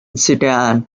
sudan